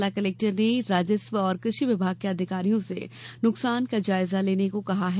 जिला कलेक्टर ने राजस्व और कृषि विभाग के अधिकारियों से नुकसान का जायजा लेने को कहा है